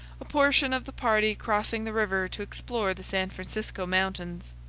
a portion of the party crossing the river to explore the san francisco mountains.